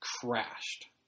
crashed